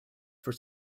for